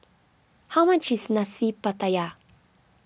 how much is Nasi Pattaya